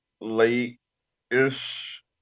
late-ish